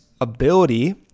ability